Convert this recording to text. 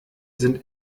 sind